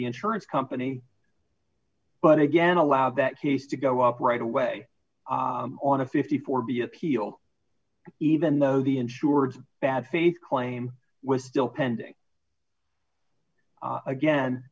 the insurance company but again allowed that case to go up right away on a fifty four dollars b appeal even though the insureds bad faith claim was still pending again